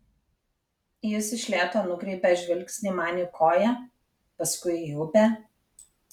jis iš lėto nukreipia žvilgsnį man į koją paskui į upę